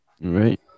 Right